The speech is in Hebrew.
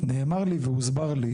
נאמר לי והוסבר לי